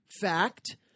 fact